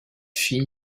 fille